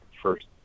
first